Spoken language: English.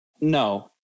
no